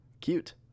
cute